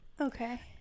Okay